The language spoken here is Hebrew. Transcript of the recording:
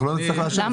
קיבלנו --- לא,